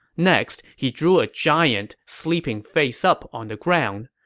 next, he drew a giant sleeping face up on the ground.